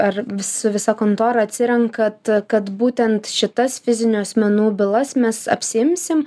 ar su visa kontora atsirenkat kad būtent šitas fizinių asmenų bylas mes apsiimsim